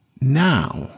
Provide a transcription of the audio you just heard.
now